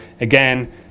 Again